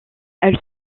elles